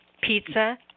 Pizza